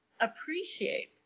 appreciate